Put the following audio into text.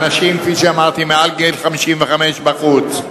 אנשים, כפי שאמרתי, מעל גיל 55 בחוץ.